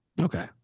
Okay